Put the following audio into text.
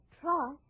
try